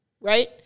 right